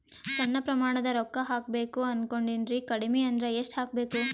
ಸಣ್ಣ ಪ್ರಮಾಣದ ರೊಕ್ಕ ಹಾಕಬೇಕು ಅನಕೊಂಡಿನ್ರಿ ಕಡಿಮಿ ಅಂದ್ರ ಎಷ್ಟ ಹಾಕಬೇಕು?